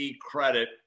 credit